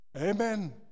Amen